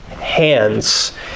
hands